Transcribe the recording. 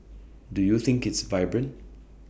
do you think it's vibrant